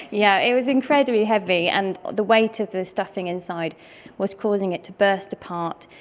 yeah it was incredibly heavy, and the weight of the stuffing inside was causing it to burst apart.